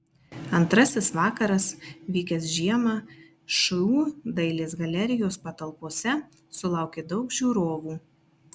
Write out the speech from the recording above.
antrasis vakaras vykęs žiemą šu dailės galerijos patalpose sulaukė daug žiūrovų